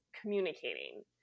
communicating